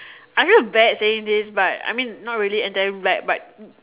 I feel bad saying this but I mean not really at them like but